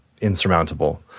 insurmountable